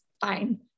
fine